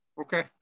Okay